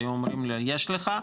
היו אומרים לו יש לך,